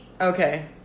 Okay